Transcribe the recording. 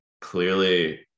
clearly